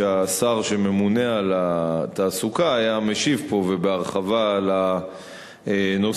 שהשר שממונה על התעסוקה היה משיב פה ובהרחבה על הנושא,